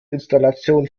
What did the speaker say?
installation